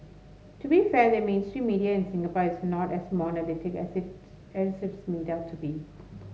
to be fair the mainstream media in Singapore is not as monolithic as it's everything is made out to be